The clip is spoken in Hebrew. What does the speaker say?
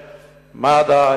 מד"א,